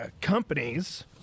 companies